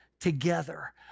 together